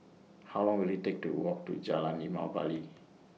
How Long Will IT Take to Walk to Jalan Limau Bali